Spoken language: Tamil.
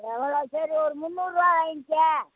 எவ்வளோ பேர் ஒரு முந்நூறுரூவா வாங்கிக்க